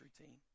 routine